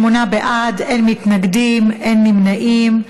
שמונה בעד, אין מתנגדים ואין נמנעים.